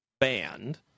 band